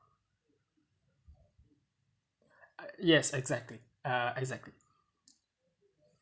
uh yes exactly uh exactly